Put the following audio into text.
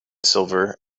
silver